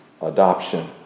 adoption